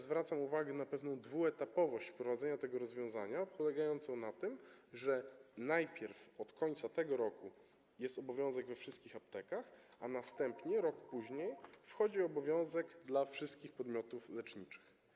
Zwracam uwagę na pewną dwuetapowość wprowadzania tego rozwiązania polegającą na tym, że najpierw, od końca tego roku, jest obowiązek we wszystkich aptekach, a następnie, rok później, wchodzi obowiązek dla wszystkich podmiotów leczniczych.